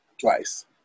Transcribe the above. twice